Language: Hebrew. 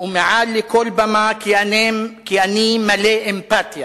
ומעל כל במה, כי אני מלא אמפתיה